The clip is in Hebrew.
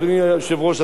אדוני היושב-ראש,